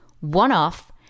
one-off